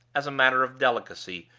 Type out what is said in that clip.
as a matter of delicacy,